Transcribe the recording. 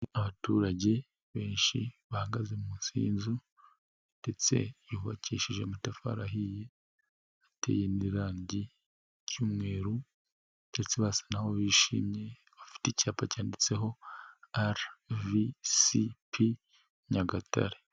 Abaturage benshi bahagaze munsi y'inzu, ndetse yubakishije amatafari ahiye, ateye n'irangi ry'umweru ndetse basa naho bishimye bafite icyapa cyanditseho, ara, vi, si, pi, Nyagatare.